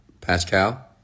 Pascal